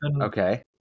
Okay